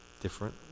different